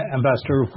Ambassador